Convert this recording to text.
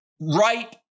Right